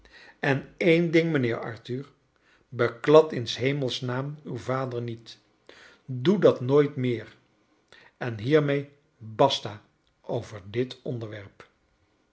en een ding mijnheer arthur beklad in j s hemels naam uw vader niet i doe dat nooit meer en hiermee basta over dit onderwerp